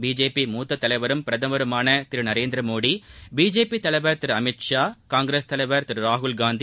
BJP மூத்த தலைவரும் பிரதமருமான திரு நரேந்திர மோடி பிஜேபி தலைவர் திரு அமீத் ஷா காங்கிரஸ் தலைவர் திரு ராகுல்காந்தி